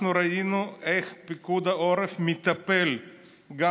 אנחנו ראינו איך פיקוד העורף מטפל גם